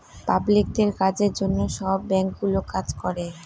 পাবলিকদের কাজের জন্য সব ব্যাঙ্কগুলো কাজ করে